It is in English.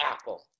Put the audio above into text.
Apple